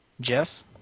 Jeff